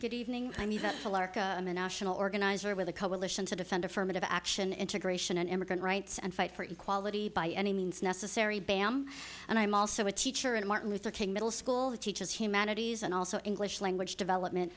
good evening i'm a national organizer with a coalition to defend affirmative action integration and immigrant rights and fight for equality by any means necessary bam and i'm also a teacher and martin luther king middle school the teachers humanities and also english language development